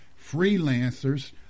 freelancers